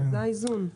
זה האיזון.